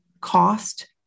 cost